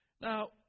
Now